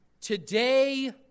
today